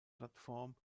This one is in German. plattform